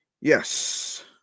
Yes